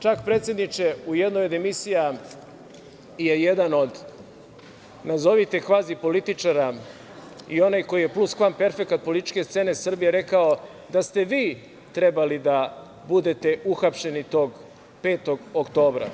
Čak, predsedniče, u jednoj od emisija je jedan od nazovite kvazi političara, i onaj koji je pluskvamperfekat, političke scene Srbije rekao da ste vi trebali da budete uhapšeni tog 5. oktobra.